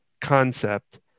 concept